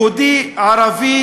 יהודי-ערבי,